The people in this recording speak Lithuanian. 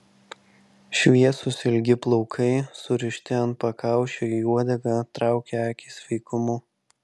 šviesūs ilgi plaukai surišti ant pakaušio į uodegą traukė akį sveikumu